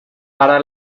para